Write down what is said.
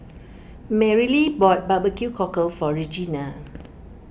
Marylee bought Barbecue Cockle for Regena